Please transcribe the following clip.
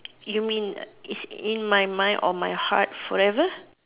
you mean it's in my mind or my heart forever